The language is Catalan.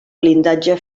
blindatge